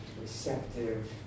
receptive